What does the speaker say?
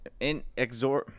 inexor